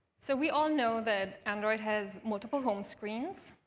so we all know the android has multiple home screens.